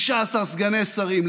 16 סגני שרים.